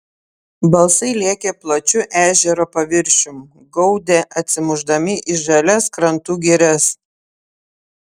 balsai lėkė plačiu ežero paviršium gaudė atsimušdami į žalias krantų girias